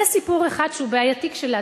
זה סיפור אחד שהוא בעייתי כשלעצמו.